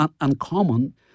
uncommon